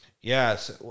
yes